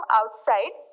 outside